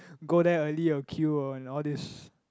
go there early or queue or and all this